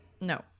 no